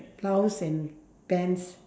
blouse and pants